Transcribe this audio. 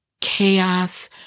chaos